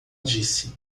disse